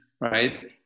right